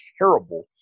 terrible